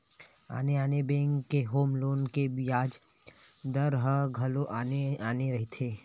आने आने बेंक के होम लोन के बियाज दर ह घलो आने आने रहिथे